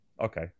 okay